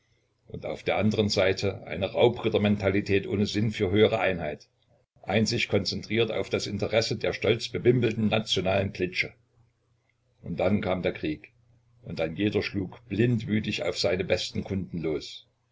und auf der anderen seite eine raubrittermentalität ohne sinn für höhere einheit einzig konzentriert auf das interesse der stolzbewimpelten nationalen klitsche und dann kam der krieg und ein jeder schlug blindwütig auf seine besten kunden los